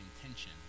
intention